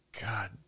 God